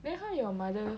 then how your mother